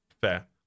Fair